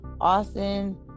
Austin